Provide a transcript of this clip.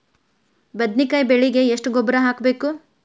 ಬದ್ನಿಕಾಯಿ ಬೆಳಿಗೆ ಎಷ್ಟ ಗೊಬ್ಬರ ಹಾಕ್ಬೇಕು?